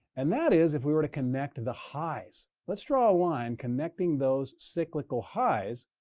and that is if we were to connect the highs. let's draw a line connecting those cyclical highs,